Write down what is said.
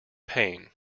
pain